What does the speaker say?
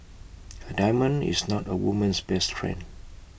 A diamond is not A woman's best friend